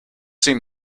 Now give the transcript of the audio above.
seem